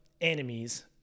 enemies